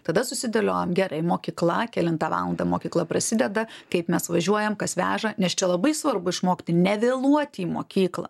tada susidėliojam gerai mokykla kelintą valandą mokykla prasideda kaip mes važiuojam kas veža nes čia labai svarbu išmokti nevėluoti į mokyklą